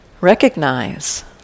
recognize